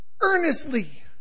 earnestly